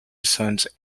sons